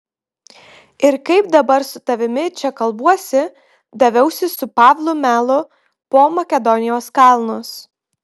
ir kaip dabar su tavimi čia kalbuosi daviausi su pavlu melu po makedonijos kalnus